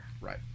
right